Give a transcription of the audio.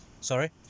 Sorry